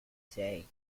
say